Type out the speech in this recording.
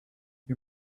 you